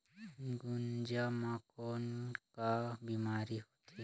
गुनजा मा कौन का बीमारी होथे?